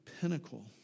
pinnacle